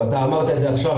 אתה אמרת את זה עכשיו,